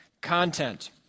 content